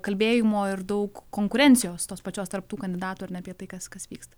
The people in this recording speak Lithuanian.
kalbėjimo ir daug konkurencijos tos pačios tarp tų kandidatų ar ne apie tai kas kas vyksta